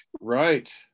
Right